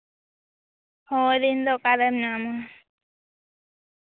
ᱦᱳᱭ ᱫᱤᱱ ᱫᱚ ᱚᱠᱟᱨᱮᱢ ᱧᱟᱢᱟ